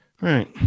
Right